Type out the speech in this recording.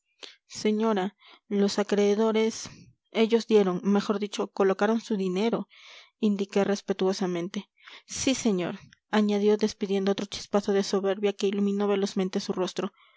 señora los acreedores ellos dieron mejor dicho colocaron su dinero indiqué respetuosamente sí señor añadió despidiendo otro chispazo de soberbia que iluminó velozmente su rostro